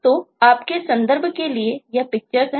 तो आपके संदर्भ के लिए यह पिक्चर्स हैं